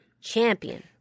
Champion